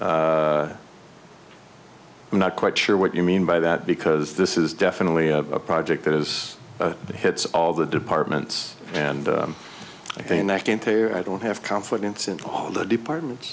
t i'm not quite sure what you mean by that because this is definitely a project that is it hits all the departments and i think i don't have confidence in all the departments